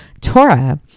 Torah